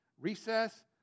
Recess